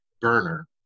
burner